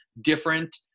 different